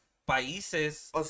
Países